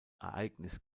ereignis